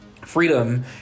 Freedom